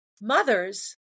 mothers